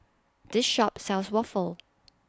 This Shop sells Waffle